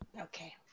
Okay